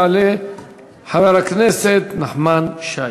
יעלה חבר הכנסת נחמן שי,